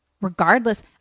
regardless